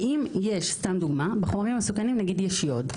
האם יש סתם דוגמה בחומרים המסוכנים יש יוד.